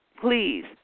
please